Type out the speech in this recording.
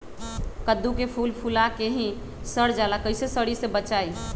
कददु के फूल फुला के ही सर जाला कइसे सरी से बचाई?